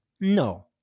No